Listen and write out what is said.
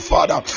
Father